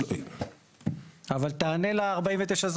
אבל, תענה ל-49(ז).